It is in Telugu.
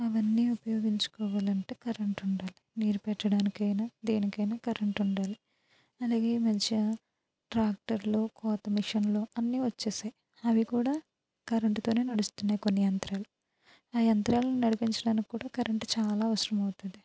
అవన్నీ ఉపయోగించుకోవాలంటే కరెంట్ ఉండాలి నీరు పెట్టడానికైనా దేనికైనా కరెంట్ ఉండాలి అలాగే ఈ మధ్య ట్రాక్టర్లు కోత మిషన్లు అన్ని వచ్చేసాయి అవి కూడా కరెంటుతోనే నడుస్తున్నాయి కొన్ని యంత్రాలు ఆ యంత్రాలను నడిపించడానికి కూడా కరెంటు చాలా అవసరం అవుతుంది